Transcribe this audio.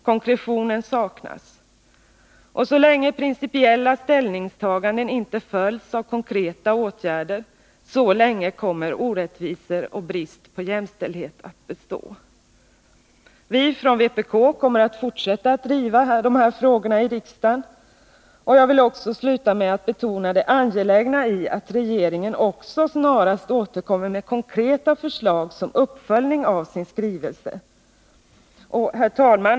Konkretionen saknas. Så länge principiella ställningstaganden inte följs av konkreta åtgärder, så länge kommer också orättvisor och brist på jämställdhet att bestå. Vpk kommer att fortsätta att driva de här frågorna i riksdagen. Jag vill också sluta med att betona det angelägna i att regeringen snarast återkommer med konkreta förslag som uppföljning av sin skrivelse. Herr talman!